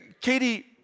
Katie